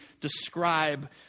describe